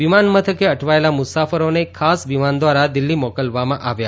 વિમાન મથકે અટવાયેલા મુસાફરોને ખાસ વિમાન દ્વારા દિલ્હી મોકલવામાં આવ્યા